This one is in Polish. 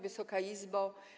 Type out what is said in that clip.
Wysoka Izbo!